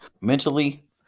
mentally